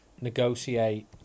negotiate